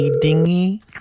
dingy